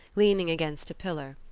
leaning against a pillar.